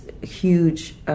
huge